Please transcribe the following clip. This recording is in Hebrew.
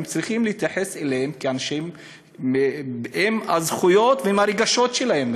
וצריכים להתייחס אליהם כאנשים עם הזכויות ועם הרגשות שלהם,